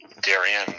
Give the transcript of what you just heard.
Darian